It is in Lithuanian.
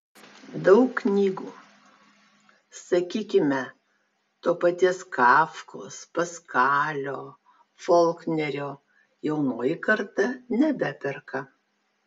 daug knygų sakykime to paties kafkos paskalio folknerio jaunoji karta nebeperka